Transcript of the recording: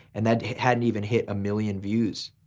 and that hadn't even hit a million views.